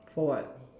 for what